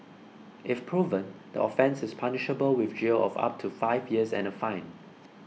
if proven the offence is punishable with jail of up to five years and a fine